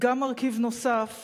גם מרכיב נוסף